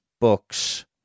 books